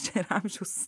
čia ir amžiaus